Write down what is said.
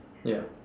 ya